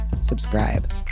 subscribe